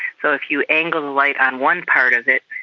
so if you angle the light on one part of it,